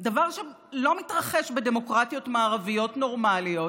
דבר שלא מתרחש בדמוקרטיות מערביות נורמליות,